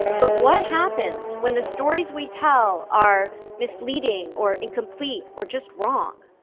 but what happens when the stories we tell are misleading or incomplete or just wrong?